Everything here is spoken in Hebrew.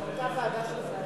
התשע"ב 2012, נתקבלה.